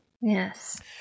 Yes